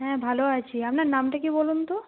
হ্যাঁ ভালো আছি আপনার নামটা কি বলুন তো